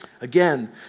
Again